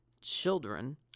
children